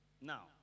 Now